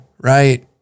right